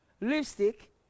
lipstick